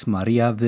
Maria